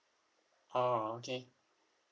ah okay